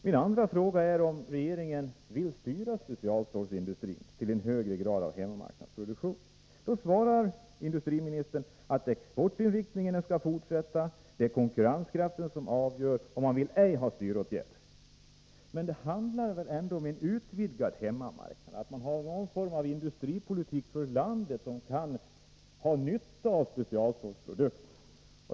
Min andra fråga är om regeringen vill styra specialstålsindustrin fill en högre grad av hemmamarknadsproduktion. Industriministern svarar att exportinriktningen skall fortsätta, att det är konkurrenskraften som avgör, och att man ej vill ha styråtgärder. Men det handlar väl ändå om en utvidgad hemmamarknad — att man har någon form av industripolitik för landet, som kan ha nytta av specialstålsprodukter.